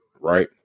Right